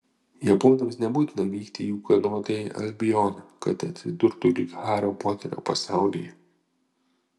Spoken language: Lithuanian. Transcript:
japonams nebūtina vykti į ūkanotąjį albioną kad atsidurtų lyg hario poterio pasaulyje